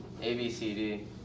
ABCD